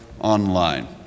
online